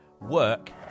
work